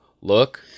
look